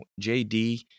JD